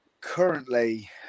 Currently